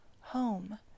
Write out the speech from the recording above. home